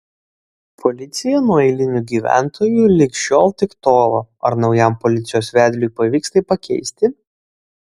policija nuo eilinių gyventojų lig šiol tik tolo ar naujam policijos vedliui pavyks tai pakeisti